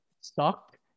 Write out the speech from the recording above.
stuck